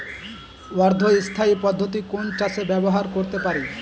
অর্ধ স্থায়ী পদ্ধতি কোন চাষে ব্যবহার করতে পারি?